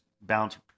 bounce